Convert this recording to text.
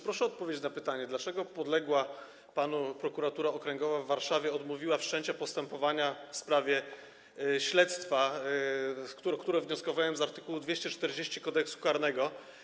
Proszę o odpowiedź na pytanie, dlaczego podległa panu Prokuratura Okręgowa w Warszawie odmówiła wszczęcia postępowania w sprawie śledztwa, o które wnioskowałem, z art. 240 Kodeksu karnego.